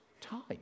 time